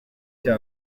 cya